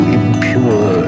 impure